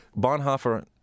Bonhoeffer